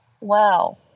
Wow